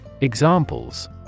Examples